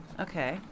Okay